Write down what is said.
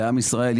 בעם ישראל,